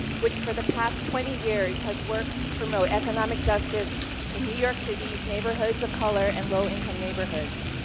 which, for the past twenty years, has worked to promote economic justice in new york city's neighborhoods of color and low-income neighborhoods.